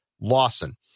Lawson